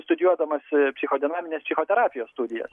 studijuodamas psichodinaminės psichoterapijos studijas